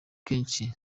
kenshi